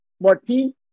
Martin